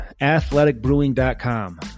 athleticbrewing.com